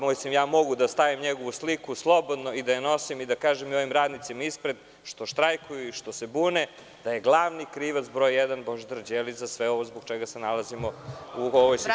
Mogu slobodno da stavim njegovu sliku i da je nosim i da kažem ovim radnicima ispred što štrajkuju i što se bune da je glavni krivac broj jedan Božidar Đelić za sve ovo zbog čega se nalazimo u ovoj situaciji.